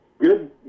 Good